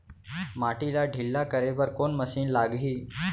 माटी ला ढिल्ला करे बर कोन मशीन लागही?